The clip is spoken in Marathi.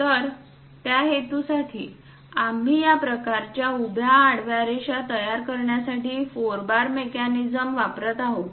तर त्या हेतूसाठी आम्ही या प्रकारच्या उभ्या आडव्या रेषा तयार करण्यासाठी फोर बार मेकॅनिझम वापरत आहोत